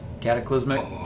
Cataclysmic